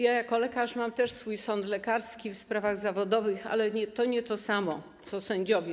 Ja jako lekarz mam też swój sąd lekarski w sprawach zawodowych, ale to nie to samo, co sędziowie.